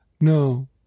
No